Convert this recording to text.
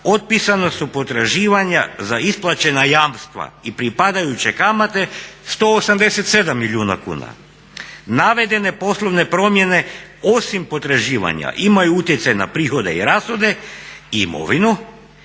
otpisana su potraživanja za isplaćena jamstva i pripadajuće kamate 187 milijuna kuna. Navedene poslovne promjene osim potraživanja imaju utjecaj na prihode i rashode i imovinu,